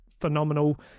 phenomenal